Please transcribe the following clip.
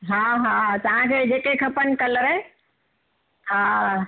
हा हा तांखे जेके खपन कलर हा